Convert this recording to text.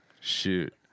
Shoot